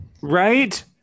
Right